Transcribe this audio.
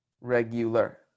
Regular